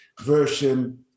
version